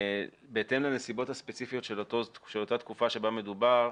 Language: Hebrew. בהתאם לנסיבות הספציפיות של אותה תקופה שבה מדובר,